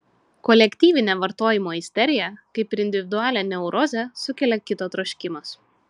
kolektyvinę vartojimo isteriją kaip ir individualią neurozę sukelia kito troškimas